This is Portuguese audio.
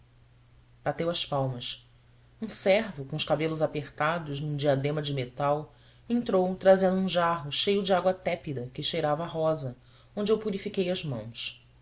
bateu as palmas um servo com os cabelos apertados num diadema de metal entrou trazendo um jarro cheio de água tépida que cheirava a rosa onde eu purifiquei as mãos